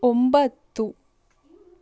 ಒಂಬತ್ತು